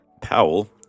Powell